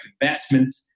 investment